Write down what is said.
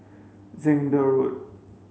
Zehnder Road